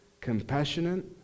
compassionate